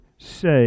say